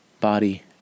body